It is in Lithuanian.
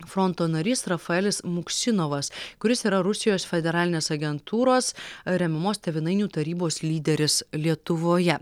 fronto narys rafaelis muksinovas kuris yra rusijos federalinės agentūros remiamos tėvynainių tarybos lyderis lietuvoje